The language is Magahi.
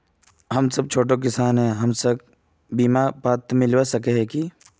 हम सब छोटो किसान है हमरा बिमा पात्र मिलबे सके है की?